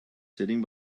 sitting